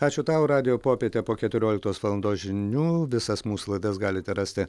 ačiū tau radijo popietė po keturioliktos valandos žinių visas mūsų laidas galite rasti